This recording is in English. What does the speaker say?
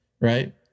right